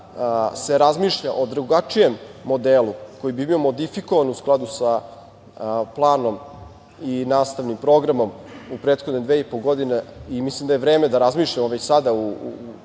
sada razmišlja o drugačijem modelu koji bi bio modifikovan u skladu sa planom i nastavnim programom u prethodne dve i po godine? Mislim da je vreme da razmišljamo već sada u